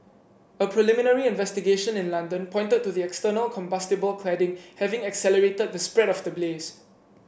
a preliminary investigation in London pointed to the external combustible cladding having accelerated the spread of the blaze